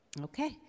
Okay